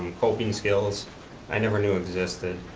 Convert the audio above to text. coping skills i never knew existed